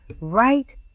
right